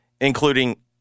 including